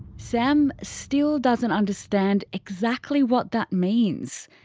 sam still doesn't understand exactly what that means.